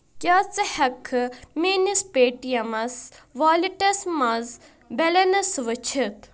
کیٛاہ ژٕ ہٮ۪کٕکھٕ میٲنِس پے ٹی ایٚم والٹَس منٛز بیلنس وٕچھِتھ؟